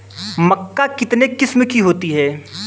मक्का कितने किस्म की होती है?